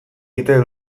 aita